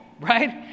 Right